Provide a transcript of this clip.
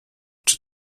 czy